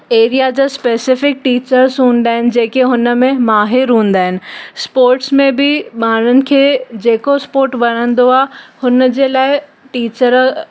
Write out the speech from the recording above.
area जा specific teachers हूंदा आहिनि जेके हुनमें माहिर हूंदा आहिनि स्पोर्ट्स में बि ॿारनि खे जेको स्पोर्ट वणंदो आहे हुन जे लाइ टिचर